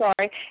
sorry